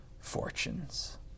fortunes